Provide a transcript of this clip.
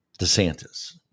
desantis